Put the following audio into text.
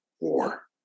war